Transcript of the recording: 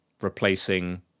replacing